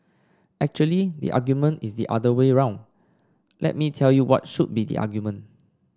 actually the argument is the other way round let me tell you what should be the argument